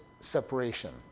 separation